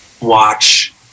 watch